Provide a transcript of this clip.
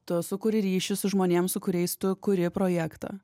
tu sukuri ryšį su žmonėm su kuriais tu kuri projektą